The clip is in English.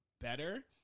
better